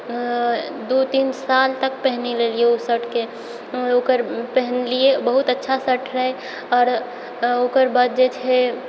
दू तीन साल तक पहिनिलेलियै ऊ शर्टके ओकर पहिनलियै बहुत अच्छा शर्ट रहै आओर ओकर बाद जे छै